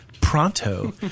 pronto